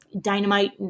dynamite